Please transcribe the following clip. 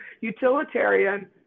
utilitarian